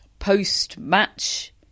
post-match